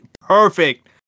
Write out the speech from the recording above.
perfect